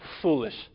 foolish